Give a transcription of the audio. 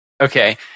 Okay